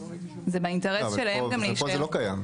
אבל פה זה לא קיים.